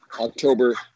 October